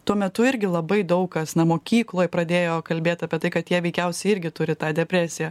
tuo metu irgi labai daug kas na mokykloj pradėjo kalbėt apie tai kad jie veikiausiai irgi turi tą depresiją